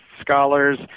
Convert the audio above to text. scholars